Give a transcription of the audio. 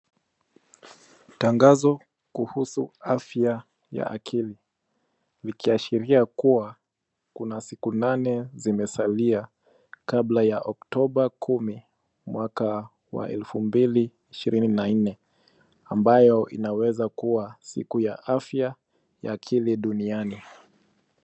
Tangazo kuhusu afya ya akili ikiashiria kuwa kuna siku nane zimesalia kabla ya oktoba kumi mwaka wa elfu mbili ishirini na nne ambayo inaweza kuwa siku ya afya ya akili duniani.